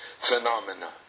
phenomena